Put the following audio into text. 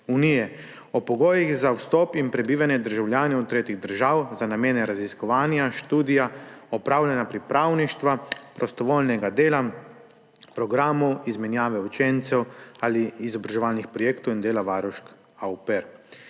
unije o pogojih za vstop in prebivanje državljanov tretjih držav za namene raziskovanja, študija, opravlja pripravništva, prostovoljskega dela, programov izmenjave učencev ali izobraževalnih projektov in dela varušk au pair.